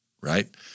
right